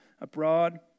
abroad